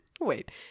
Wait